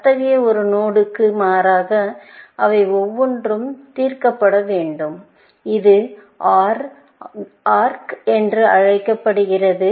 அத்தகைய ஒரு நோடுக்கு மாறாக அவை ஒவ்வொன்றும் தீர்க்கப்பட வேண்டும் இது OR ஆா்க் என்று அழைக்கப்படுகிறது